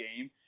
game